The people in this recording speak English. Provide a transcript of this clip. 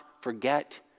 forget